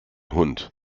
hund